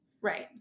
Right